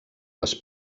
les